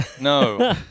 No